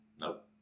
Nope